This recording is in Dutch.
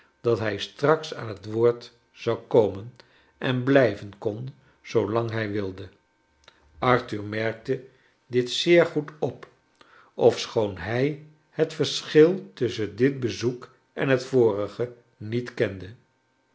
dat hij straks aan het woord zou komen en blijven kon zoolang hij wilde arthur merkte dit zeer goed op ofschoon hij het verschil tusschen dit bezoek en het vorige niet kende